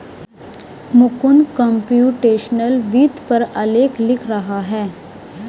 Mukund computational वित्त पर आलेख लिख रहा है